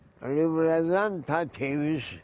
representatives